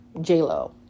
J-Lo